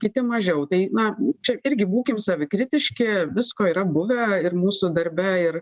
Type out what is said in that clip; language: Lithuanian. kiti mažiau tai na čia irgi būkim savikritiški visko yra buvę ir mūsų darbe ir